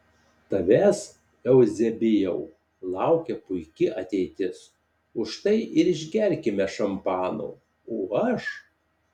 tavęs euzebijau laukia puiki ateitis už tai ir išgerkime šampano o aš